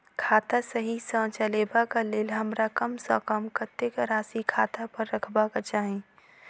खाता सही सँ चलेबाक लेल हमरा कम सँ कम कतेक राशि खाता पर रखबाक चाहि?